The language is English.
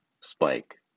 spike